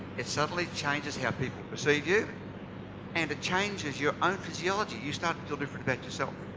it suddenly changes how people perceive you and it changes your own physiology. you start to feel different about yourself.